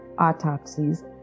autopsies